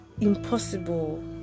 impossible